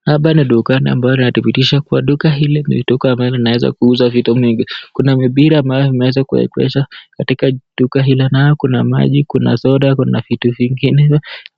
Hapa ni dukani ambayo inadhibitisha kuwa duka hili ni duka ambalo linaweza kuuza vitu vingi. Kuna vipira ambayo vimeweza kuegeshwa katika duka hilo. Nayo kuna maji, kuna soda, kuna vitu vingine